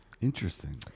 Interesting